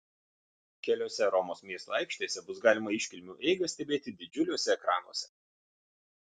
keliose romos miesto aikštėse bus galima iškilmių eigą stebėti didžiuliuose ekranuose